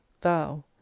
Thou